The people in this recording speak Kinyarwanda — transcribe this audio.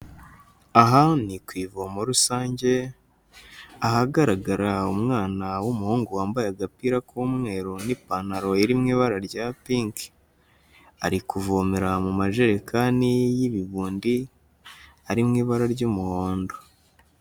Aha ni ku ivomo rusange ahagaragara umwana w'umuhungu wambaye agapira k'umweru n'ipantaro iri mu ibara rya pinki, ari kuvomera mu majerekani y'ibibundi ari mu ibara ry'umuhondo.